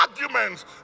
arguments